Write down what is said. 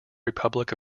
republic